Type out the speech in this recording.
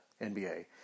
NBA